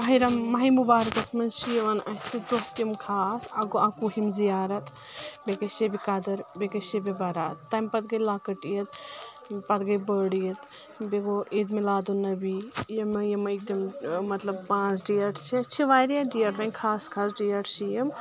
ماہرم ماہِ مُبارکس منٛز چھِ یِوان اسہِ دۄہ تِم خاص اکھ گوٚو اکوُہِم زیارت بییٚہِ گے شبہِ قدر بییٚہِ گے شبہِ برات تمہِ پتہٕ گے لۄکٕٹ عید پتہٕ گے بٔڑ عید بییٚہِ گوٚو عید میلادُن نبی یمے یمے تِم مطلب پانژھ ڈیٹ چھِ چھِ واریاہ ڈیٹ وۄنۍ خاص خاص ڈیٹ چھِ یِم